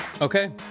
Okay